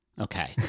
Okay